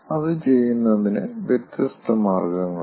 അത് ചെയ്യുന്നതിന് വ്യത്യസ്ത മാർഗങ്ങളുണ്ട്